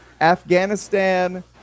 Afghanistan